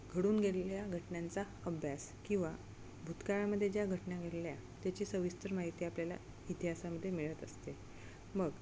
घडून गेलेल्या घटनांचा अभ्यास किंवा भूतकाळामध्ये ज्या घटना घडल्या त्याची सविस्तर माहिती आपल्याला इतिहासामध्ये मिळत असते मग